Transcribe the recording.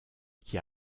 qui